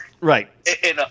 Right